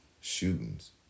Shootings